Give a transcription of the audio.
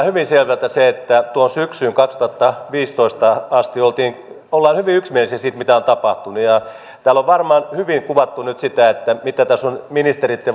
hyvin selvältä se että tuohon syksyyn kaksituhattaviisitoista asti ollaan hyvin yksimielisiä siitä mitä on tapahtunut ja täällä on varmaan hyvin kuvattu nyt sitä mitä tässä on ministerien